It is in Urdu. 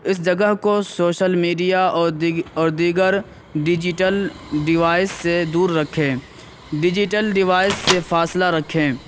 اس جگہ کو سوشل میڈیا اور دیگر ڈیجٹل ڈیوائس سے دور رکھیں ڈیجٹل ڈیوائس سے فاصلہ رکھیں